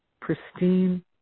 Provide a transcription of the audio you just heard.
pristine